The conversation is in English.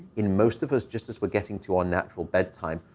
in most of us, just as we're getting to our natural bedtime,